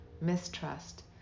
mistrust